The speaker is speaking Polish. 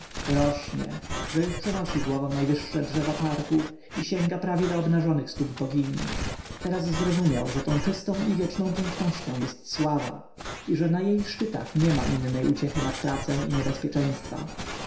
rośnie że już przenosi głową najwyższe drzewa parku i sięga prawie do obnażonych stóp bogini teraz zrozumiał że tą czystą i wieczną pięknością jest sława i że na jej szczytach niema innej uciechy nad pracę i niebezpieczeństwa